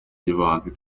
ry’ubuhanzi